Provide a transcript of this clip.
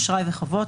אשראי וחובות,